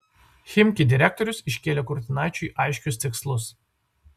chimki direktorius iškėlė kurtinaičiui aiškius tikslus